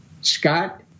Scott